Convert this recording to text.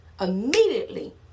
immediately